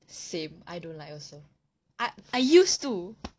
same I don't like also I I used to